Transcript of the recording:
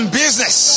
business